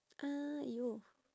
!aiyo!